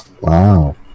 Wow